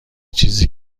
چیزی